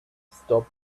stop